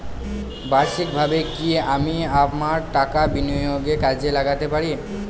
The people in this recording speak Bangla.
বার্ষিকভাবে কি আমি আমার টাকা বিনিয়োগে কাজে লাগাতে পারি?